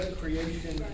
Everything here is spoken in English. creation